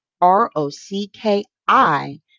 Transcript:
R-O-C-K-I